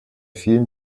vielen